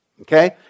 okay